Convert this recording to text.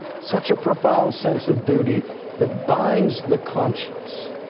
such a profound sense of duty that binds the conscience,